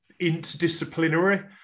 interdisciplinary